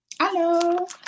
Hello